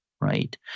right